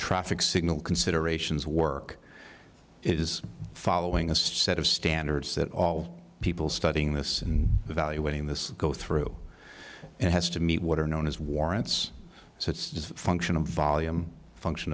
traffic signal considerations work is following a set of standards that all people studying this and evaluating this go through it has to meet what are known as warrants so it's just a function of volume function